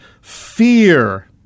fear